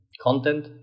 content